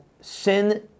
sin